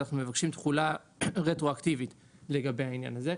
אנחנו מבקשים תחולה רטרואקטיבית לגבי העניין הזה,